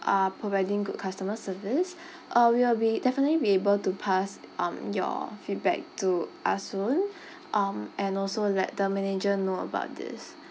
are providing good customer service uh we will be definitely be able to past um your feedback to ah soon um and also let the manager know about this